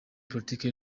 politiki